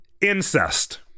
Incest